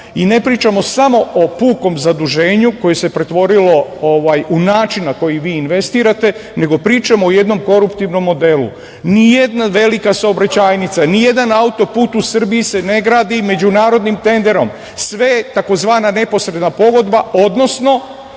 i ne pričamo samo o pukom zaduženju koje se pretvorilo u način na koji vi investirate, nego pričamo o jednom koruptivnom modelu. Nijedna velika saobraćajnica, nijedan auto-put u Srbiji se ne gradi međunarodnim tenderom, sve tzv. neposredna pogodba, odnosno